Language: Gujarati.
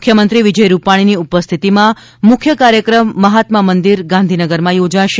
મુખ્યમંત્રી વિજય રૂપાણીની ઉપસ્થિતિમાં મુખ્ય કાર્યક્રમ મહાત્મા મંદિર ગાંધીનગરમાં યોજાશે